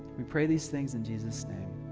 we pray these things in jesus name.